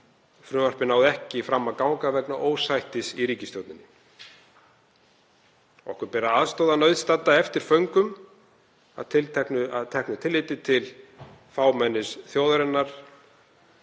Frumvarpið náði ekki fram að ganga vegna ósættis í ríkisstjórninni. Okkur ber að aðstoða nauðstadda eftir föngum að teknu tilliti til fámennis þjóðarinnar